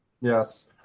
Yes